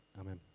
Amen